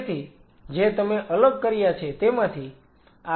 તેથી જે તમે અલગ કર્યા છે તેમાંથી આ કાર્ડિયાક માયોસાઈટ આવે છે